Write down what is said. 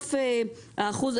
בסוף האחוז,